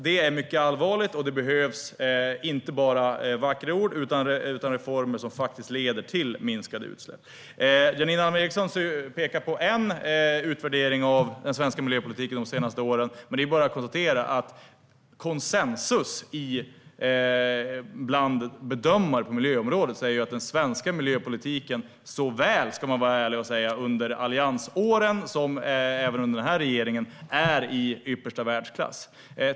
Det är mycket allvarligt, och det behövs inte bara vackra ord utan reformer som leder till minskade utsläpp. Janine Alm Ericson pekar på en utvärdering av den svenska miljöpolitiken de senaste åren. Men det är bara att konstatera att konsensus bland bedömare på miljöområdet säger att den svenska miljöpolitiken såväl under alliansåren - det ska man vara ärlig och säga - som under denna regering är i yppersta världsklass.